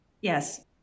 Yes